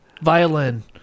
violin